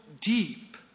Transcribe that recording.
deep